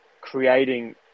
creating